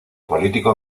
político